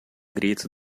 grito